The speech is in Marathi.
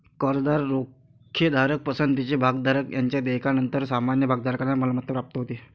कर्जदार, रोखेधारक, पसंतीचे भागधारक यांच्या देयकानंतर सामान्य भागधारकांना मालमत्ता प्राप्त होते